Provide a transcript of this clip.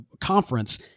conference